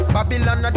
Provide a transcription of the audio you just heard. Babylon